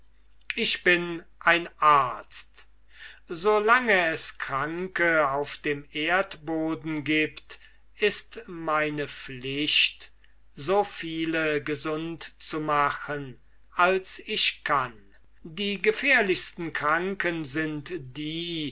ich bin ein arzt so lange es kranke auf dem erdhoden gibt ist meine pflicht so viel gesunde zu machen als ich kann die gefährlichsten kranken sind die